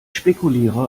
spekuliere